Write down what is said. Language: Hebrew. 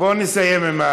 בוא נסיים.